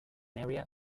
area